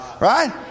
Right